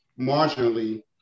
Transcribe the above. marginally